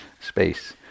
space